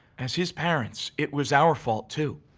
as his parents, it was our fault, too.